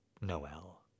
Noel